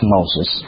Moses